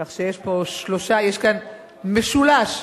כך שיש כאן משולש.